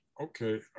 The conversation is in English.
okay